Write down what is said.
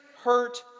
hurt